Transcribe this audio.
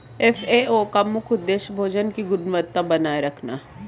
FAO का मुख्य उदेश्य भोजन की गुणवत्ता बनाए रखना है